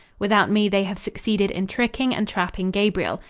without me they have succeeded in tricking and trapping gabriel.